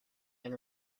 and